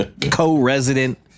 co-resident